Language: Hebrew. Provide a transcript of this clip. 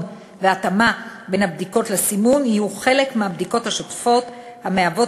והתאמה בין הבדיקות לסימון יהיו חלק מהבדיקות השוטפות המהוות